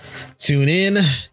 TuneIn